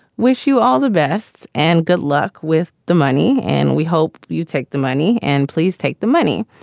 wish you all the best. and good luck with the money. and we hope you take the money and please take the money.